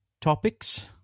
Topics